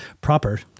Proper